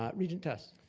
um regent tuss.